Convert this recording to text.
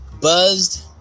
buzzed